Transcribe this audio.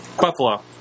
Buffalo